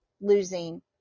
losing